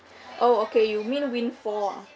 oh okay you mean windfall